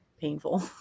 painful